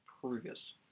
previous